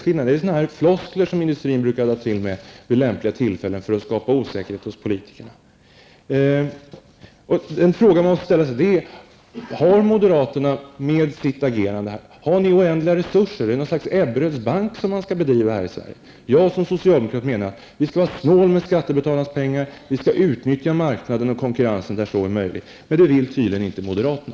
Andra floskler som industrin vid lämpliga tillfällen brukar ta till för att skapa osäkerhet hos politikerna är En fråga som man måste ställa sig är: Tror moderaterna i och med sitt agerande att resurserna är oändliga? Är det något slags Ebberöds bank som man skall driva här i Sverige? Som socialdemokrat menar jag att vi skall vara snåla med skattebetalarnas pengar och att vi skall utnyttja marknaden och konkurrensen där så är möjligt. Men det vill tydligen inte moderaterna.